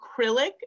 acrylic